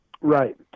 Right